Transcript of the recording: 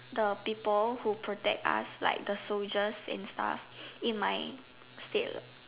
the people who protect us like the soldiers and stuff in my state